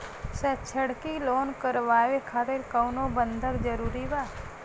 शैक्षणिक लोन करावे खातिर कउनो बंधक जरूरी बा?